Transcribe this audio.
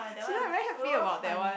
she not very happy about that one